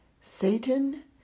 Satan